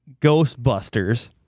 Ghostbusters